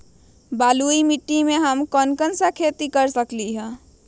बलुई मिट्टी में हम कौन कौन सी खेती कर सकते हैँ?